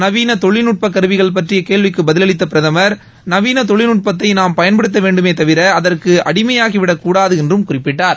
நவீன தொழில்நுட்ப கருவிகள் பற்றிய கேள்விக்கு பதிலளித்த பிரதமர் நவீன தொழில்நுட்பத்தை நாம் பயன்படுத்த வேண்டுமே தவிர அதற்கு அடிமையாகிவிடக்கூடாது என்று குறிப்பிட்டார்